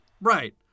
Right